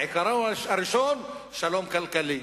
העיקרון הראשון: שלום כלכלי,